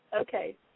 Okay